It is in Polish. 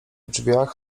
drzwiach